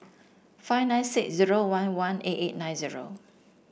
five nine six zero one one eight eight nine zero